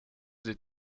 des